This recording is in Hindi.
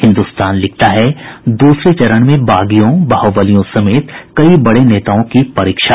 हिन्दुस्तान लिखता है दूसरे चरण मे बागियों बाहुबलियों समेत कई बड़े नेताओं की परीक्षा